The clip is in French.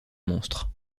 monstre